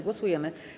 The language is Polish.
Głosujemy.